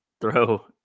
throw